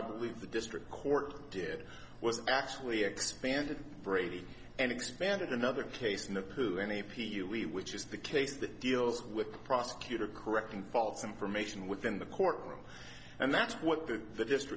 i believe the district court did was actually expanded brady and expanded another case in the who any p u e which is the case that deals with the prosecutor correcting false information within the courtroom and that's what the